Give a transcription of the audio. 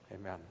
amen